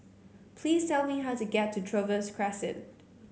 please tell me how to get to Trevose Crescent